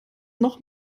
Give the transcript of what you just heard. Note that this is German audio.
noch